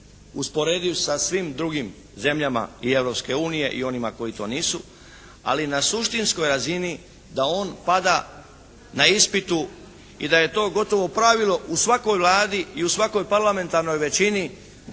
usporediv sa svim drugim zemljama Europske unije i onima koji to nisu ali na suštinskoj razini da on pada na ispitu i da je to gotovo pravilo u svakoj vladi i u svakoj parlamentarnoj većini da se stiče